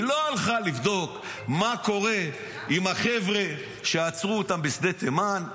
היא לא הלכה לבדוק מה קורה עם החבר'ה שעצרו אותם בשדה תימן.